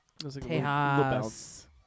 Tejas